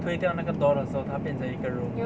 推掉那个 door 的时候它变一个 room